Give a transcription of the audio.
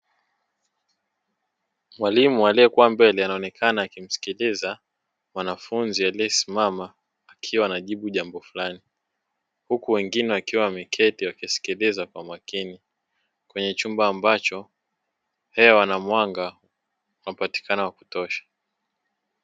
Mwalimu aliyekuwa mbele anaonekana akimsiliza mwanafunzi aliyesimama akiwa anajibu jambo fulani, huku wengine wakiwa wameketi wakisikiliza kwa makini kwenye chumba ambacho hewa na mwanga unapatikana wa kutosha.